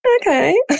Okay